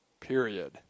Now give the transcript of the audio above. period